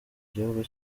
gihugu